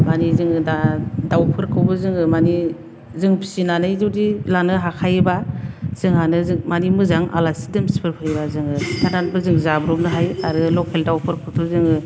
मानि जोङो दा दावफोरखौबो जोङो मानि जों फिसिनानै जुदि लानो हाखायोबा जोंहानो जों मानि मोजां आलासि दुमसिफोर फैयोब्ला जोङो सिथारनानैबो जोङो जाब्रबनो हायो आरो लखेल दावफोरखौथ' जोङो